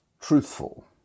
truthful